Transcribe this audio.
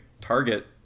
Target